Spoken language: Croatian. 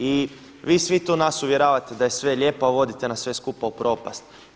I vi svi nas tu uvjeravate da je sve lijepo, a vodite nas sve skupa u propast.